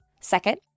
Second